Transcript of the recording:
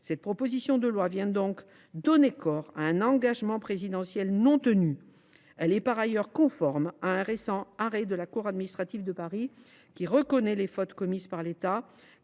Cette proposition de loi vient donc donner corps à un engagement présidentiel non tenu. Elle est, par ailleurs, conforme à un récent arrêt de la cour administrative d’appel de Paris. Celle ci reconnaît les fautes commises par l’État,